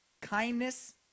Kindness